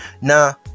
Now